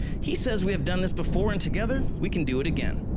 he says, we have done this before, and together we can do it again.